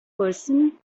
person